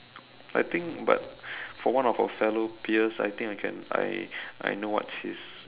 I think but for one of our fellow peers I think I can I I know what she is